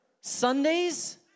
Sundays